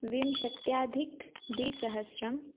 विंशत्यधिकद्विसहस्रं